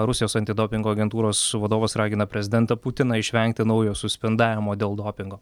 rusijos antidopingo agentūros vadovas ragina prezidentą putiną išvengti naujo suspendavimo dėl dopingo